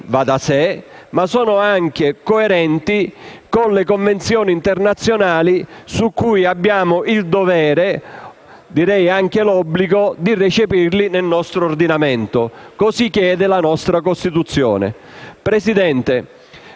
ma anche coerenti con le convenzioni internazionali che abbiamo il dovere - direi l'obbligo - di recepire nel nostro ordinamento, come chiede la nostra Costituzione. Presidente,